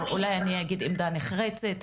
אולי אני אגיד עמדה נחרצת,